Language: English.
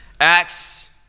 Acts